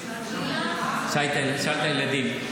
שאל את הילדים.